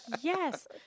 Yes